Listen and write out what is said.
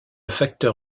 facteur